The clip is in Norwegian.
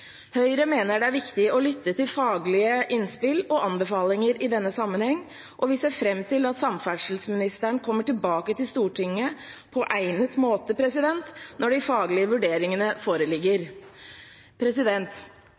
Høyre mener det er viktig å lytte til faglige innspill og anbefalinger i denne sammenheng, og vi ser fram til at samferdselsministeren kommer tilbake til Stortinget på egnet måte når de faglige vurderingene foreligger.